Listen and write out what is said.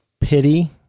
pity